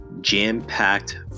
jam-packed